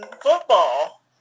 football